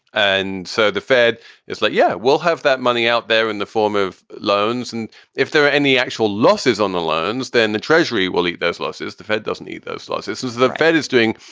and so the fed is like, yeah, we'll have that money out there in the form of loans and if there are any actual losses on the loans, then the treasury will eat those losses. the fed doesn't need those losses as the fed is doing.